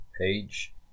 Page